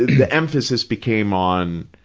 the emphasis became on,